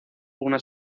una